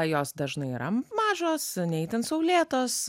jos dažnai yra mažos ne itin saulėtos